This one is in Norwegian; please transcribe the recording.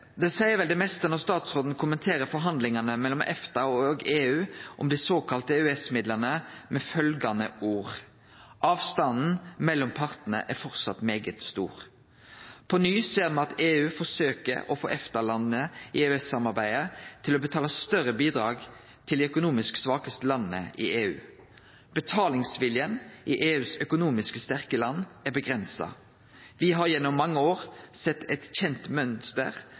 Det seier vel det meste når statsråden kommenterer forhandlingane mellom EFTA og EU om dei såkalla EØS-midlane med følgjande ord: «Avstanden mellom partene er fortsatt meget stor.» På ny ser me at EU forsøker å få EFTA-landa i EØS-samarbeidet til å betale større bidrag til dei økonomisk svakaste landa i EU. Betalingsviljen i EUs økonomisk sterke land er avgrensa. Me har gjennom mange år sett eit kjent mønster,